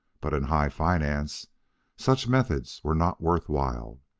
but in high finance such methods were not worth while.